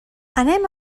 anem